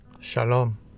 Shalom